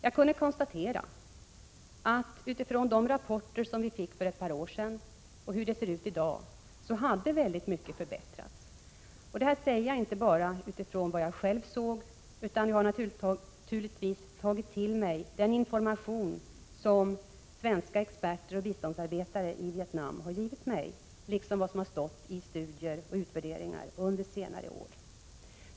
Jag kunde konstatera, mot bakgrund av de rapporter som vi fick för ett par år sedan och hur det ser ut i dag, att väldigt mycket hade förbättrats. Detta säger jag inte bara utifrån vad jag själv såg. Jag har naturligtvis tagit till mig den information som svenska experter och biståndsarbetare har gett mig, liksom vad som har stått i studier och utvärderingar under senare år.